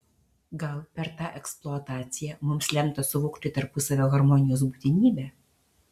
gal per tą eksploataciją mums lemta suvokti tarpusavio harmonijos būtinybę